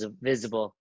visible